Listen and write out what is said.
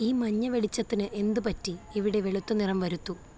ഈ മഞ്ഞ വെളിച്ചത്തിന് എന്ത് പറ്റി ഇവിടെ വെളുത്ത നിറം വരുത്തൂ